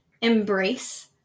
embrace